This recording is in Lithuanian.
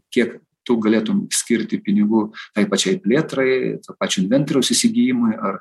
kiek tu galėtum skirti pinigų tai pačiai plėtrai to pačio inventoriaus įsigijimui ar